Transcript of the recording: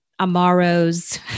Amaros